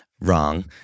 wrong